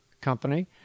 Company